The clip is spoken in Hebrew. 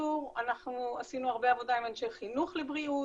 בציבור עשינו הרבה עבודה עם אנשי חינוך לבריאות,